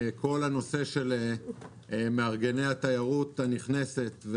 כל הנושא של מארגני התיירות הנכנסת,